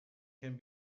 can